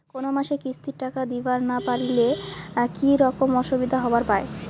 কোনো মাসে কিস্তির টাকা দিবার না পারিলে কি রকম অসুবিধা হবার পায়?